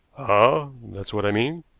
ah, that is what i mean,